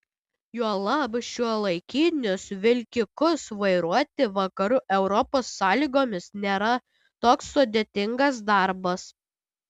juolab šiuolaikinius vilkikus vairuoti vakarų europos sąlygomis nėra toks sudėtingas darbas